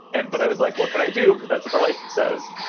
and but i was like, what can i do? because that's what the license says.